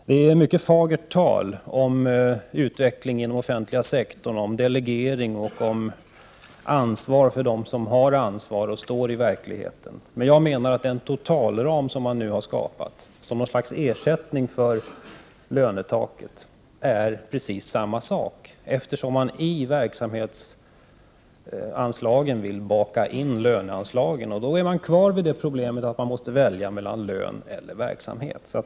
Det är mycket fagert tal om utvecklingen av den offentliga sektorn, om delegering och om ansvar för dem som har ansvar och befinner sig ute i verkligheten. Jag menar att den totalram som man nu har skapat för att på något sätt ersätta lönetaket innebär precis detsamma, eftersom man i verksamhetsanslagen vill baka in löneanslagen. Då är man kvar vid problemet att man måste välja mellan lön och verksamhet.